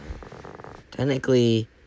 Technically